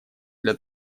для